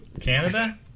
Canada